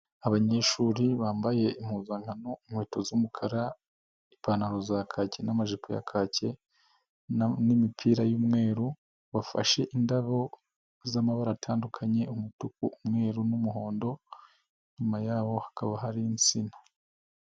Abanyeshuri bambaye impuzankano: inkweto z'umukara, ipantaro za kaki n'amajipo ya kake n'imipira y'umweru, bafashe indabo z'amabara atandukanye: umutuku, umweru n'umuhondo, inyuma y'aho hakaba hari insina.